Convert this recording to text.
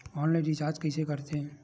Online recharge कइसे करथे?